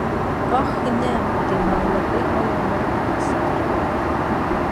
ach ne tai man labai malonu įsiterpiau